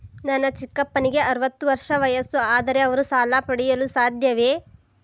ನನ್ನ ಚಿಕ್ಕಪ್ಪನಿಗೆ ಅರವತ್ತು ವರ್ಷ ವಯಸ್ಸು, ಆದರೆ ಅವರು ಸಾಲ ಪಡೆಯಲು ಸಾಧ್ಯವೇ?